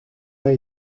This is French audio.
pas